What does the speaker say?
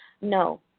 no